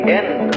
end